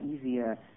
easier